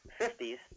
50s